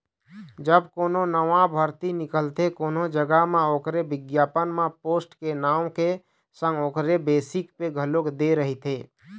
जब कोनो नवा भरती निकलथे कोनो जघा म ओखर बिग्यापन म पोस्ट के नांव के संग ओखर बेसिक पे घलोक दे रहिथे